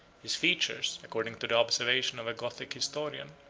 his features, according to the observation of a gothic historian,